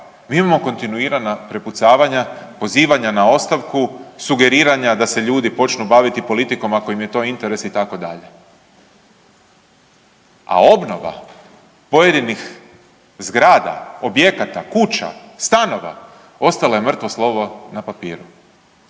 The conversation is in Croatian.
mi imamo kontinuirana prepucavanja, pozivanja na ostavku, sugeriranja da se ljudi počnu baviti politikom ako im je to interes itd., a obnova pojedinih zgrada, objekata, kuća, stanova, ostala je mrtvo slovo na papiru.